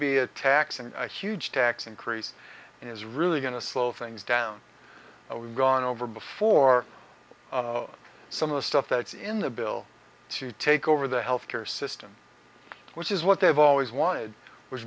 be a tax and a huge tax increase is really going to slow things down we've gone over before some of the stuff that's in the bill to take over the health care system which is what they've always wanted w